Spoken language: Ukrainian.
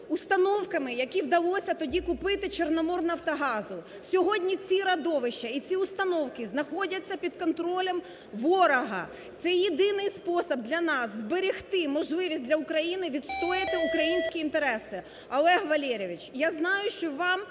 установками, які вдалося тоді купити "Чорноморнафтогазу". Сьогодні ці родовища і установки знаходяться під контролем ворога. Це єдиний спосіб для нас зберегти можливість для України відстояти українські інтереси. Олег Валерійович, я знаю, що вам